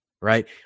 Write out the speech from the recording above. right